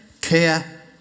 care